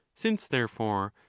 since, therefore,